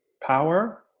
power